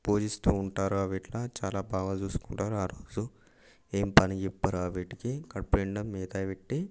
పూజిస్తూ ఉంటారు అవిట్లా చాలా బాగా చూసుకుంటారు ఆరోజు ఏం పని చెప్పరా వీటికి కడుపునిండా మేత పెట్టి